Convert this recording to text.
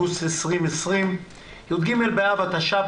יום שני בשבוע, 3 באוגוסט 2020, י"ג באב התש"ף,